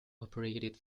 operated